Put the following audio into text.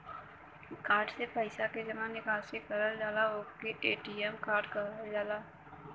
card से पइसा के जमा निकासी करल जाला ओके ए.टी.एम कार्ड कहल जाला